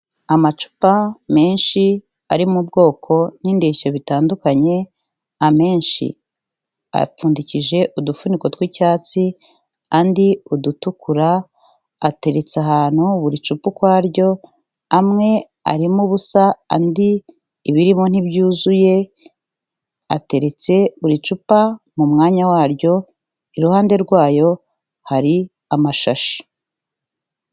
Amacupa menshi ari mu bwoko n'indeshyo bitandukanye, amenshi apfundikije udufuniko tw'icyatsi, andi udutukura, ateretse ahantu buri cupa ukwaryo, amwe arimo ubusa, andi ibirimo ntibyuzuye, ateretse buri cupa mu mwanya waryo, iruhande rwayo hari amashashi.